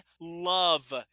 love